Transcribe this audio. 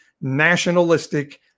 nationalistic